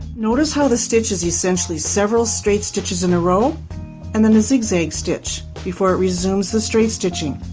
notice how the stitch is essentially several straight stitches in a row and then a zig-zag stitch before it resumes the straight stitching.